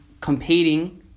competing